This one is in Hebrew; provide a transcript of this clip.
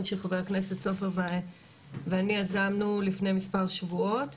של חבר הכנסת סופר ואני יזמנו לפני מספר שבועות,